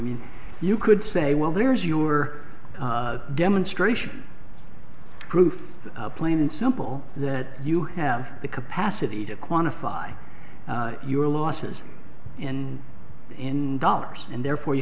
mean you could say well there is your demonstration proof plain and simple that you have the capacity to quantify your losses and in dollars and therefore you